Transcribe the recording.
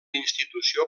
institució